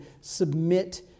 submit